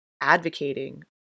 advocating